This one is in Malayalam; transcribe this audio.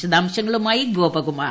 വിശദാംശങ്ങളുമായി ഗോപകുമാർ